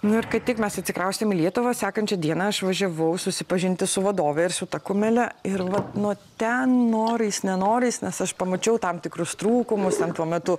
nu ir kai tik mes atsikraustėm į lietuvą sekančią dieną aš važiavau susipažinti su vadove ir su ta kumele ir vat nuo ten norais nenorais nes aš pamačiau tam tikrus trūkumus ten tuo metu